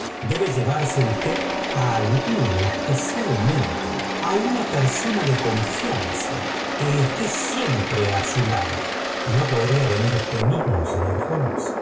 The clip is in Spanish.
debe llevare usted á alguno especialmente á una persona de confianza que esté siempre á su lado no podría venir usted mismo señor